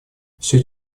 все